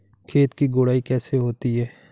खेत की गुड़ाई कैसे होती हैं?